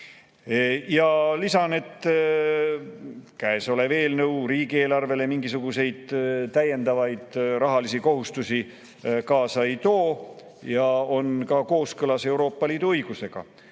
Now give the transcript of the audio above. Lisan, et käesolev eelnõu riigieelarvele mingisuguseid täiendavaid rahalisi kohustusi kaasa ei too ja on ka kooskõlas Euroopa Liidu õigusega.